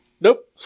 Nope